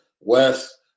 west